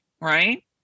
right